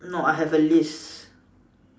no I have a list